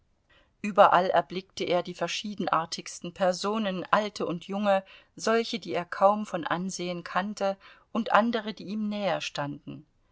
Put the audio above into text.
überall erblickte er die verschiedenartigsten personen alte und junge solche die er kaum von ansehen kannte und andere die ihm